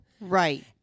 Right